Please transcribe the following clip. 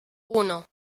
uno